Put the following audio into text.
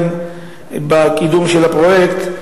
בקידום של הפרויקט.